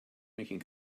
making